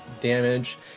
damage